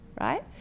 right